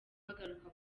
bagaruka